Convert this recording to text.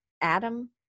Adam